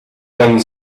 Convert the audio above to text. ten